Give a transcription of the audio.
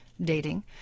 Dating